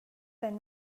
been